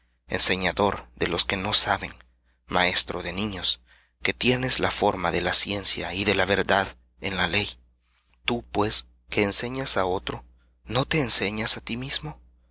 enseñador de los que no saben maestro de niños que tienes la forma de la ciencia y de la verdad en la ley tú pues que enseñas á otro no te enseñas á ti mismo